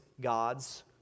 God's